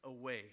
away